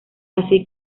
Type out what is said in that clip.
así